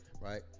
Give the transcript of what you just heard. right